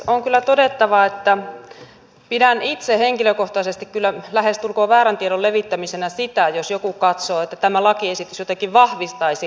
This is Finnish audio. on kyllä todettava että pidän itse henkilökohtaisesti lähestulkoon väärän tiedon levittämisenä sitä jos joku katsoo että tämä lakiesitys jotenkin vahvistaisi saamelaiskulttuurin suojaa